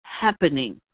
happening